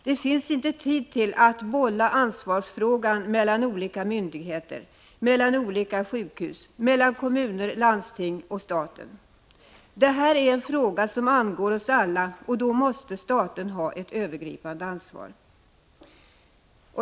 Det finns inte tid till att bolla ansvarsfrågan mellan olika myndigheter, mellan olika sjukhus, mellan kommuner, landsting och staten. Det här är en fråga som angår oss alla. Således måste staten ha ett övergripande ansvar.